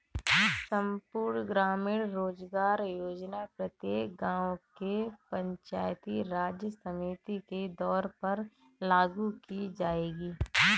संपूर्ण ग्रामीण रोजगार योजना प्रत्येक गांव के पंचायती राज समिति के तौर पर लागू की जाएगी